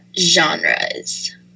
genres